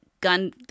gun